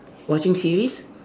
watching series